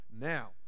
now